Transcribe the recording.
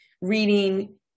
reading